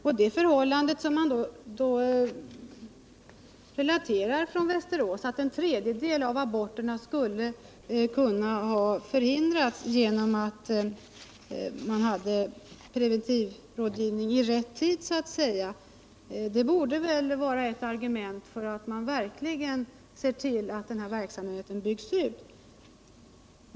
Vi vet från Västervik att en tredjedel av aborterna skulle ha kunnat förhindras, om man hade satt in preventivrådgivning i rätt tid. Detta borde vara ett argument för att verkligen se till att verksamheten byggs ut.